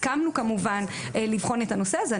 הסכמנו כמובן לבחון את הנושא הזה.